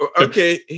Okay